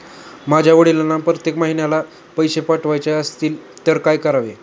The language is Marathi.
माझ्या वडिलांना प्रत्येक महिन्याला पैसे पाठवायचे असतील तर काय करावे?